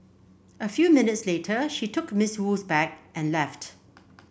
a few minutes later she took Miss Wu's bag and left